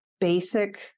basic